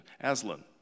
Aslan